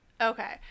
Okay